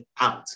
out